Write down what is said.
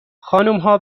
خانمها